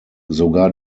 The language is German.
sogar